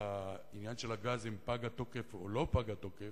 ובעניין הגז, אם פג התוקף או לא פג התוקף,